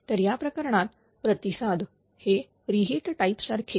तर या प्रकरणात प्रतिसाद हे रि हिट टाईप सारखे